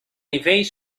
nivell